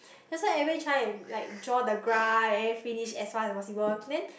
that's why everybody try and like draw the graph and then finish as fast as possible then